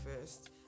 first